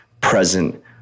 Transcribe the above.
present